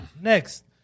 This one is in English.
next